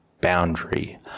boundary